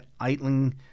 Eitling